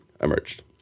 emerged